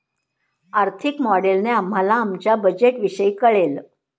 आर्थिक मॉडेलने आम्हाला आमच्या बजेटविषयी कळेल